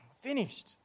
finished